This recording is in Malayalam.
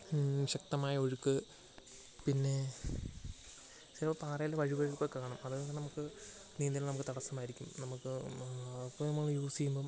ശക്തമായ ഒഴുക്ക് പിന്നെ ഇപ്പ പാറയിൽ വഴുവഴുപ്പൊക്കെ കാണും അതായത് നമുക്ക് നീന്തൽ നമുക്ക് തടസ്സമായിരിക്കും നമുക്ക് അപ്പം നമ്മൾ യൂസ് ചെയ്യുമ്പം